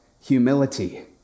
humility